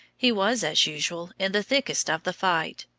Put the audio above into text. he was, as usual, in the thickest of the fight,